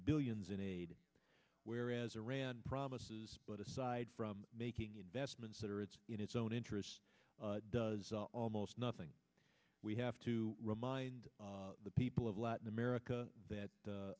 billions in aid whereas iran promises but aside from making investments that are it's in its own interest does almost nothing we have to remind the people of latin america that